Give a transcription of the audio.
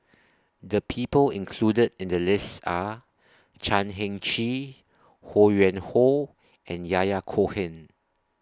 The People included in The list Are Chan Heng Chee Ho Yuen Hoe and Yahya Cohen